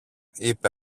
είπε